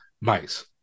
mice